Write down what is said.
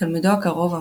תלמידו הקרוב,